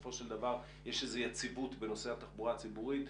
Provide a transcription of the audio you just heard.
שבסופו של דבר יש איזו יציבות בנושא התחבורה הציבורית,